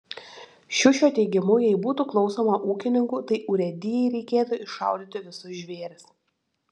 šiušio teigimu jei būtų klausoma ūkininkų tai urėdijai reikėtų iššaudyti visus žvėris